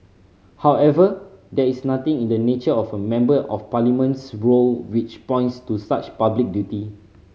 however there is nothing in the nature of a Member of Parliament's role which points to such public duty